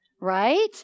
right